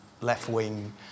left-wing